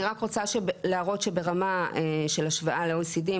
אני רק רוצה להראות שברמה של השוואה ל-OECD,